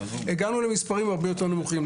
הגענו למספרים הרבה יותר נמוכים.